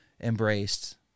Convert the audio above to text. embraced